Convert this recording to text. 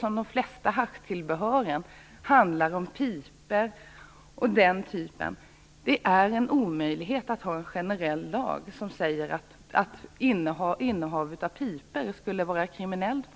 De flesta haschtillbehör är ju av typen pipor, och det är en omöjlighet att ha en generell lag som säger att innehav av pipor är kriminellt.